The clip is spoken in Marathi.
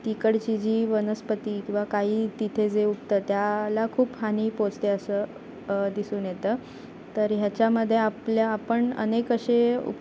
तिकडची जी वनस्पती किंवा काही तिथे जे उगवतं त्याला खूप हानी पोचते असं दिसून येतं तर ह्याच्यामध्ये आपल्या आपण अनेक असे उप